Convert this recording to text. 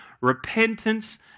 repentance